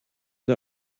der